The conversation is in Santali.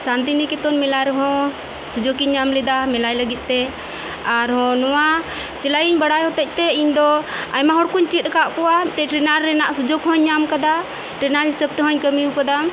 ᱥᱟᱱᱛᱤᱱᱤᱠᱮᱛᱚᱱ ᱢᱮᱞᱟ ᱨᱮᱦᱚᱸ ᱥᱩᱡᱚᱠ ᱤᱧ ᱧᱟᱢᱞᱮᱫᱟ ᱢᱮᱞᱟᱭ ᱞᱟᱹᱜᱤᱫᱛᱮ ᱟᱨᱦᱚᱸ ᱱᱚᱣᱟ ᱥᱮᱞᱟᱭ ᱤᱧ ᱵᱟᱲᱟᱭ ᱦᱚᱛᱮᱡᱛᱮ ᱤᱧᱫᱚ ᱟᱭᱢᱟ ᱦᱚᱲᱠᱩᱧ ᱪᱤᱫ ᱟᱠᱟᱫ ᱠᱚᱣᱟ ᱟᱨ ᱴᱨᱮᱱᱟᱨ ᱨᱮᱱᱟᱜ ᱥᱩᱡᱚᱜ ᱦᱚᱧ ᱧᱟᱢ ᱟᱠᱟᱫᱟ ᱴᱨᱮᱱᱟᱨ ᱦᱤᱥᱟᱹᱵ ᱛᱮᱦᱚᱧ ᱠᱟᱹᱢᱤ ᱟᱠᱟᱫᱟ